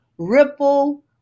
Ripple